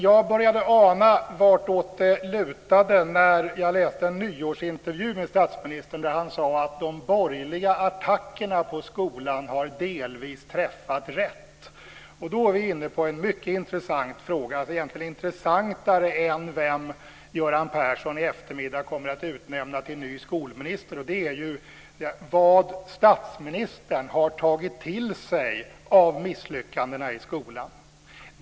Jag började ana vartåt det lutade när jag läste en nyårsintervju med statsministern där han sade att de borgerliga attackerna på skolan delvis har träffat rätt. Då är vi inne på en mycket intressant fråga. Den är egentligen intressantare än vem Göran Persson i eftermiddag kommer att utnämna till ny skolminister. Det är vad statsministern har tagit till sig av misslyckandena i skolan.